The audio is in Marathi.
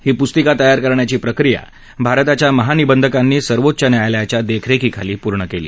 ही पूस्तिका तयार करण्याची प्रक्रिया भारताच्या महानिबंधकांनी सर्वोच्च न्यायालयाच्या देखरेखीखाली पूर्ण केली